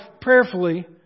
prayerfully